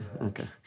Okay